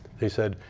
they said,